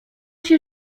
się